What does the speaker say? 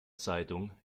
zeitung